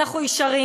אנחנו ישרים,